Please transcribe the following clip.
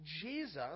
Jesus